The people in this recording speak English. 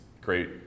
great